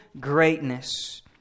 greatness